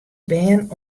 bern